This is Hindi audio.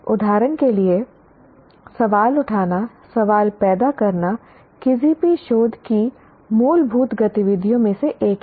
उदाहरण के लिए सवाल उठाना सवाल पैदा करना किसी भी शोध की मूलभूत गतिविधियों में से एक है